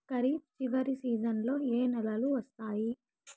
ఖరీఫ్ చివరి సీజన్లలో ఏ నెలలు వస్తాయి?